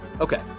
Okay